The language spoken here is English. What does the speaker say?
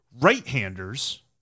right-handers